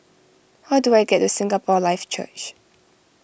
how do I get to Singapore Life Church